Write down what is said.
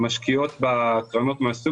מה שעושים כרגע בהצעה הזו